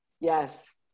yes